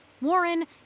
Warren